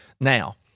Now